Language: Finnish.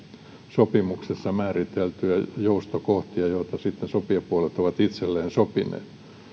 sopimuksessa määriteltyjä joustokohtia joita sopijapuolet ovat itselleen sopineet